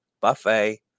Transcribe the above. buffet